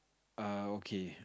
are okay